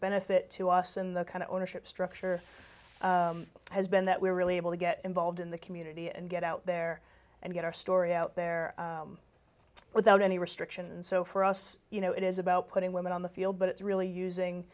benefit to us in the kind of ownership structure has been that we're really able to get involved in the community and get out there and get our story out there without any restrictions so for us you know it is about putting women on the field but it's really using